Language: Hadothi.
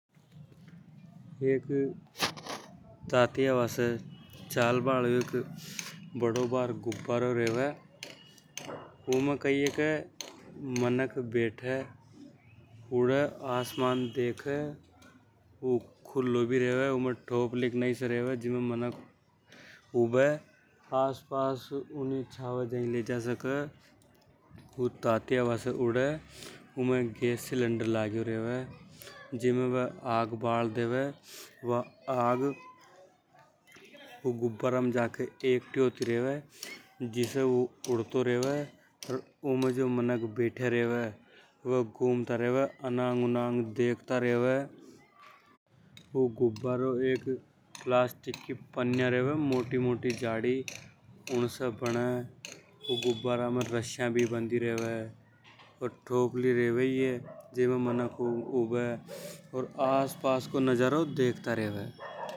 एक ताती हवा से चाल बा हालों गुब्बारों रेवे। उमें कई हे के मनक बैठे मनक उड़े आसमान देखे। ऊ खुल्लो भी रेवे उमें थोपली के नई से रेवे। ऊनिये छावे जा ही ले जा सके ऊ ताती हवा से उड़े उमे गैस सिलेंडर लगयो रेवे जीमे वे आग बाल देवे। जिसे ऊ उड़तो रेवे उमे जो मानक बेटियां रेवे वे घूमता रेवे देखता रेवे अनंग उनंग। जाड़ी जाड़ी उन से बण ऊ गुब्बारा में रस्सिया भी बन्दी रेवे। वा थोपली रेवे ही हे जीमे मनक ऊबे ओर आस पास को नज़ारों देखता रेवे।